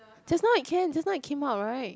just now it can just now it came out right